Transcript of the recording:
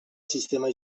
sistema